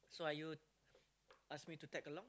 so are you ask me to tag along